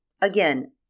Again